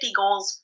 goals